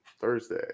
Thursday